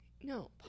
No